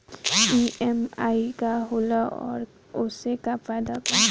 EMI का होला और ओसे का फायदा बा?